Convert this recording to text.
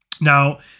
Now